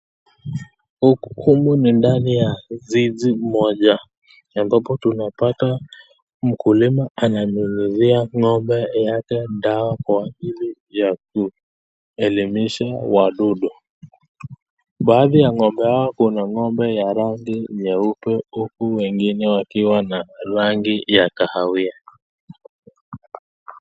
Humu ni ndani ya zizi moja, ambapo tunapata mkulima ananyunyizia ng'ombe yake dawa kwa ajili ya kuelimisha wadudu, baadhi ya ng'ombe hawa kuna ng'ombe ya rangi nyeupe huku mwingine akiwa na rangi ya kahawia.